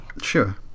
Sure